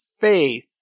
faith